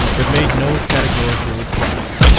but made no categorical reply.